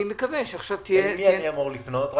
למי אני אמור לפנות?